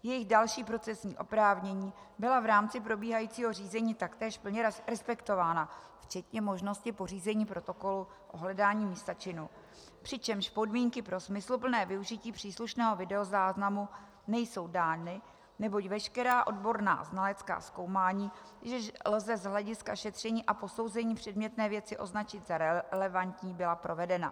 Jejich další procesní oprávnění byla v rámci probíhajícího řízení taktéž plně respektována včetně možnosti pořízení protokolu ohledání místa činu, přičemž podmínky pro smysluplné využití příslušného videozáznamu nejsou dány, neboť veškerá odborná znalecká zkoumání, jež lze z hlediska šetření a posouzení předmětné věci označit za relevantní, byla provedena.